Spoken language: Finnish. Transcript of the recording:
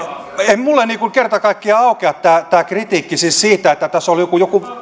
ei minulle kerta kaikkiaan aukea tämä kritiikki siis siitä että tässä on jokin